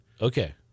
Okay